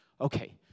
Okay